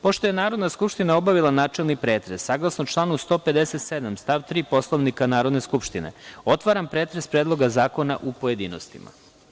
Pošto je Narodna skupština obavila načelni pretres, saglasno članu 157. stav 3. Poslovnika Narodne skupštine, otvaram pretres Predloga zakona u pojedinostima.